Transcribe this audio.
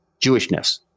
Jewishness